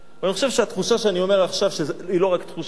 ואני חושב שהתחושה שאני אומר עכשיו היא לא רק תחושה שלי,